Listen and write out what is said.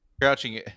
crouching